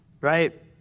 Right